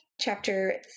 chapter